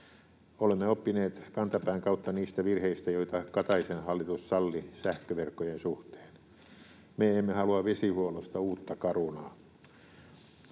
Olemme oppineet kantapään kautta niistä virheistä, joita Kataisen hallitus salli sähköverkkojen suhteen. Me emme halua vesihuollosta uutta Carunaa.